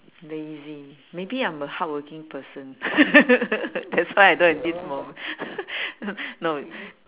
lazy maybe I'm a hardworking person that's why I don't have this moment no